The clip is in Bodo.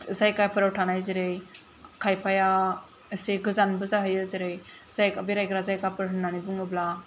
जायगाफोराव थानाय जेरै खायफाया एसे गोजानबो जाहैयो जेरै बेरायग्रा जायगाफोर होनानै बुंङोब्ला